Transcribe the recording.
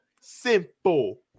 Simple